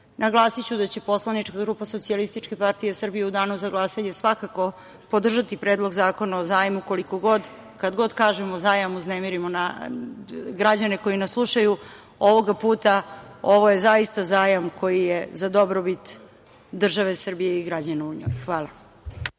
govoriti. Naglasiću da će poslanička grupa SPS u danu za glasanje svakako podržati Predlog zakona o zajmu koliko god, a kad god kažemo zajam uznemirimo građane koji nas slušaju, ovoga puta ovo je zaista zajam koji je za dobrobit države Srbije i građana u njoj. Hvala